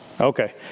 Okay